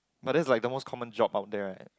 but that's like the most common job out there right